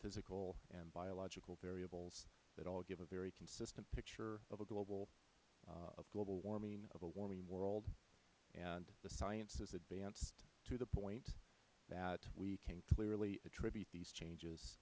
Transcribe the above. physical and biological variables that all give a very consistent picture of global warming of a warming world and the science has advanced to the point that we can clearly attribute these changes